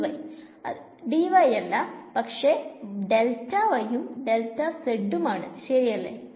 dy അല്ല പക്ഷെ ഉം ഉം ആണ് ശെരിയല്ലേ